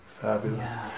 Fabulous